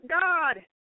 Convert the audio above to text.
God